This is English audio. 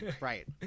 right